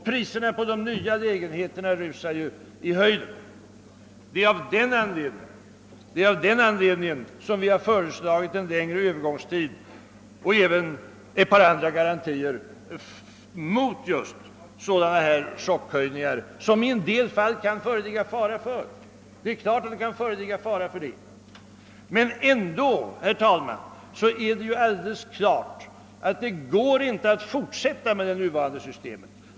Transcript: Priserna på de nya lägenheterna rusar ju i höjden. Det är av denna anledning som vi föreslagit en längre övergångstid och även andra garantier just mot sådana chockartade höjningar som det i en del fall kan föreligga fara för. Men ändå, herr talman, är det alldeles klart att det inte går att fortsätta med det nuvarande syste met.